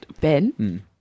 Ben